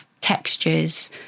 textures